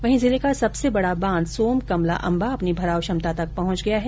वहीं जिले का सबसे बडा बांध सोम कमला अम्बा अपनी भराव क्षमता तक पहुंच गया है